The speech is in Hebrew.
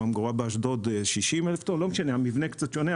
הממגורה באשדוד 60,000 טון המבנה שונה,